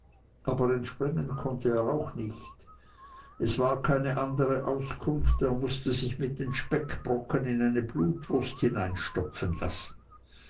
aber entspringen konnte er auch nicht es war keine andere auskunft er mußte sich mit den speckbrocken in eine blutwurst hinunterstopfen lassen